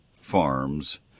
Farms